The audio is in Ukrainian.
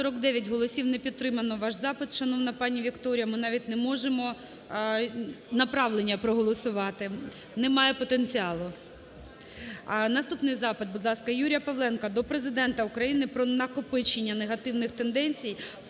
ваш запит, шановна пані Вікторія, ми навіть не можемо направлення проголосувати. Немає потенціалу. Наступний запит, будь ласка. Юрія Павленка до Президента України про накопичення негативних тенденцій